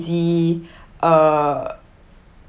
easy uh